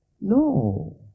No